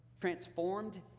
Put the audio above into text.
transformed